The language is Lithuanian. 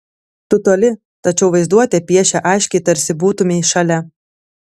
tu toli tačiau vaizduotė piešia aiškiai tarsi būtumei šalia